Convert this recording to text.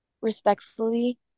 respectfully